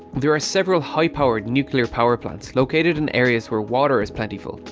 there are several high power nuclear power plants located in areas where water is plentiful,